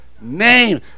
name